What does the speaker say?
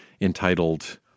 entitled